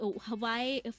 Hawaii